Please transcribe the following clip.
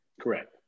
Correct